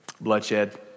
bloodshed